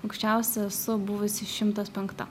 aukščiausia esu buvusi šimtas penkta